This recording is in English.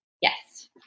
Yes